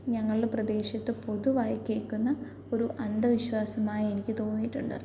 ഞങ്ങളുടെ പ്രദേശത്ത് പൊതുവായി കേൾക്കുന്ന് ഒരു അന്ധവിശ്വാസമായി എനിക്ക് തോന്നിയിട്ടുണ്ട്